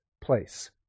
place